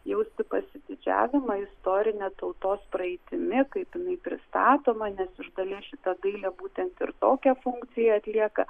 jausti pasididžiavimą istorine tautos praeitimi kaip jinai pristatoma nes iš dalies šita dailė būtent ir tokią funkciją atlieka